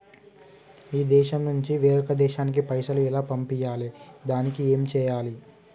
ఈ దేశం నుంచి వేరొక దేశానికి పైసలు ఎలా పంపియ్యాలి? దానికి ఏం చేయాలి?